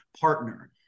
partner